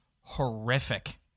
horrific